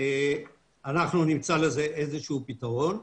אנחנו נמצא לזה איזשהו פתרון.